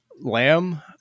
lamb